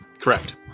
Correct